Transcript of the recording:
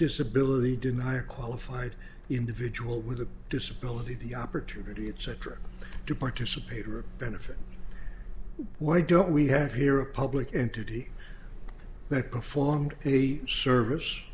disability deny a qualified individual with a disability the opportunity it sector to participate or benefit why don't we have here a public entity that performed a service